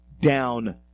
down